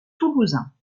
toulousain